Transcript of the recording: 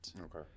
Okay